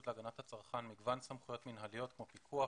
לגנת הצרכן מגוון סמכויות מינהליות כמו פיקוח,